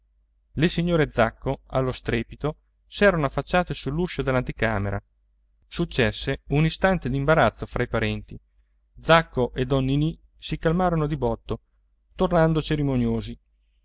le signore zacco allo strepito s'erano affacciate sull'uscio dell'anticamera successe un istante d'imbarazzo fra i parenti zacco e don ninì si calmarono di botto tornando cerimoniosi